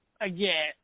Again